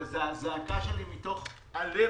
וזאת זעקה שלי מתוך הלב,